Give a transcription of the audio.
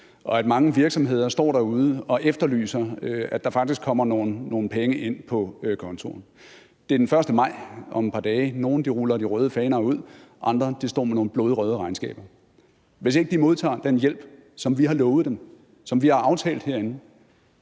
og at mange virksomheder står derude og efterlyser, at der faktisk kommer nogle penge ind på kontoen. Det er den 1. maj om et par dage, og nogle ruller de røde faner ud, mens andre står med nogle blodrøde regnskaber. Hvis ikke de modtager den hjælp, som vi har lovet dem, og som vi har aftalt herinde,